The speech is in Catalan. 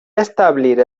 establir